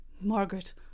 Margaret